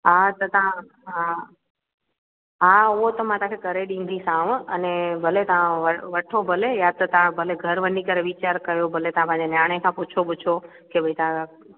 हा त तव्हां हा हा उहो त मां तव्हांखे करे ॾिंदीसांव अने भले तव्हां व वठो भले या त तव्हां भले घर वञी करे वीचार कयो भले तव्हां पंहिंजे नियाणे खां पुछो बुछो के भई तव्हां